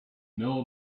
know